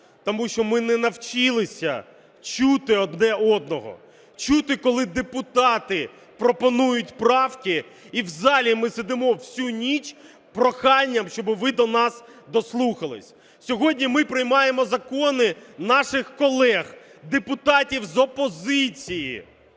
Тому що ми не навчилися чути одне одного, чути, коли депутати пропонують правки і в залі ми сидимо всю ніч з проханням, щоб ви до нас дослухались. Сьогодні ми приймаємо закони наших колег депутатів з опозиції